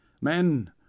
Men